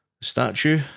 statue